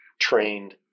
trained